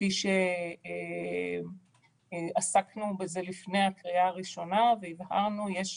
כפי שעסקנו בזה לפני הקריאה הראשונה והבהרנו, יש